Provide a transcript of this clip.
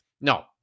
No